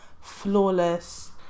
flawless